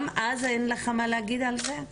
גם אז אין לך מה להגיד על זה?